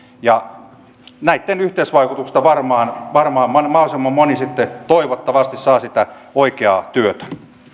näitten yhteisvaikutuksesta varmaan varmaan mahdollisimman moni sitten toivottavasti saa sitä oikeaa työtä